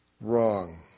wrong